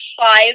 five